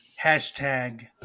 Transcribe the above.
hashtag